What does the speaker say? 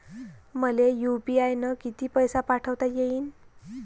मले यू.पी.आय न किती पैसा पाठवता येईन?